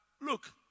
look